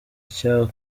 cyo